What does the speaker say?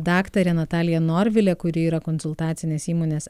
daktarė natalija norvilė kuri yra konsultacinės įmonės